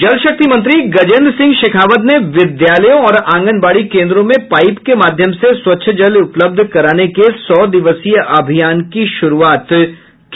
जलशक्ति मंत्री गजेन्द्र सिंह शेखावत ने विद्यालयों और आंगनवाडी केन्द्रों में पाइप के माध्यम से स्वच्छ जल उपलब्ध कराने के सौ दिवसीय अभियान की शुरूआत की